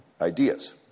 ideas